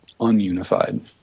ununified